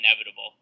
inevitable